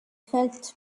helped